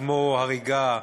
כמו הריגה,